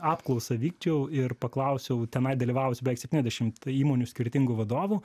apklausą vykdžiau ir paklausiau tenai dalyvavusių beveik septyniasdešimt įmonių skirtingų vadovų